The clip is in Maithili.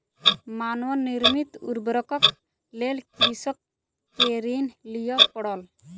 मानव निर्मित उर्वरकक लेल कृषक के ऋण लिअ पड़ल